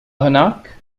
هناك